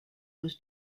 was